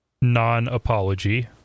non-apology